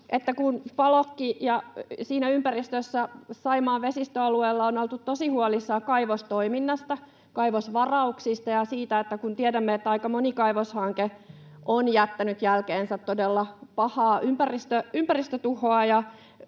ja siinä ympäristössä Saimaan vesistöalueella on oltu tosi huolissaan kaivostoiminnasta, kaivosvarauksista ja siitä, että kun tiedämme, että aika moni kaivoshanke on jättänyt jälkeensä todella pahaa ympäristötuhoa,